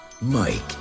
mike